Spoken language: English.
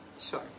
Sure